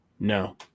No